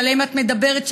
שעליהם את מדברת,